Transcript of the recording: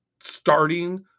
Starting